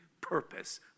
purpose